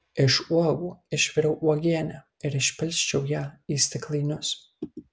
iš uogų išviriau uogienę ir išpilsčiau ją į stiklainius